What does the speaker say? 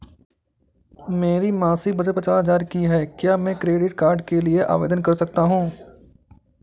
मेरी मासिक बचत पचास हजार की है क्या मैं क्रेडिट कार्ड के लिए आवेदन कर सकता हूँ?